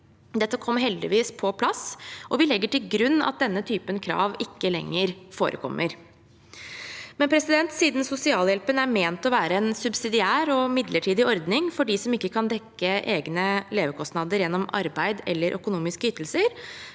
Dette kom heldigvis på plass, og vi legger til grunn at denne typen krav ikke lenger forekommer. Men siden sosialhjelpen er ment å være en subsidiær og midlertidig ordning for dem som ikke kan dekke egne levekostnader gjennom arbeid eller økonomiske ytelser,